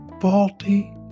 faulty